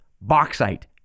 bauxite